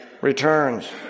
returns